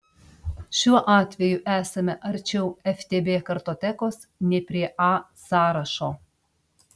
šiuo atveju esame arčiau ftb kartotekos nei prie a sąrašo